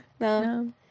No